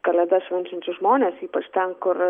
kalėdas švenčiančius žmones ypač ten kur